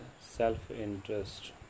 self-interest